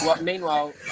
meanwhile